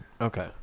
Okay